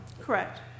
Correct